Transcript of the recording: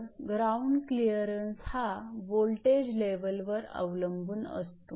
तर ground clearance हा voltage लेवलवर अवलंबून असतो